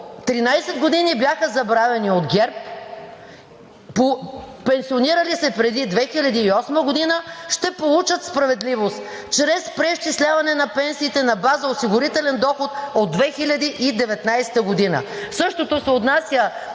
13 години бяха забравени от ГЕРБ, пенсионирали се преди 2008 г., ще получат справедливост чрез преизчисляване на пенсиите на база осигурителен доход от 2019 г. Същото се отнася